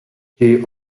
jej